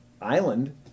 island